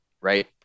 right